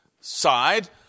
side